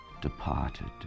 departed